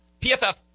PFF